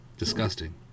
Disgusting